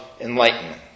enlightenment